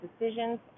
decisions